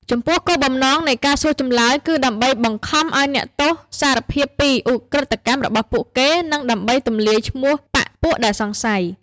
ចំពោះគោលបំណងនៃការសួរចម្លើយគឺដើម្បីបង្ខំឱ្យអ្នកទោសសារភាពពី "ឧក្រិដ្ឋកម្ម" របស់ពួកគេ និងដើម្បីទម្លាយឈ្មោះបក្ខពួកដែលសង្ស័យ។